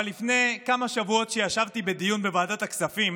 אבל לפני כמה שבועות, כשישבתי בדיון בוועדת הכספים